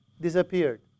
disappeared